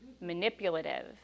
manipulative